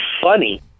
funny